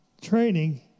training